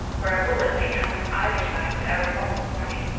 where a bullet might come from either side without a moment's warning.